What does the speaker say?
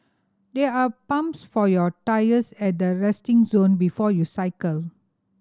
there are pumps for your tyres at the resting zone before you cycle